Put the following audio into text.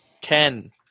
Ten